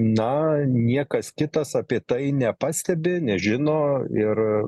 na niekas kitas apie tai nepastebi nežino ir